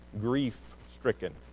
grief-stricken